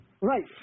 Right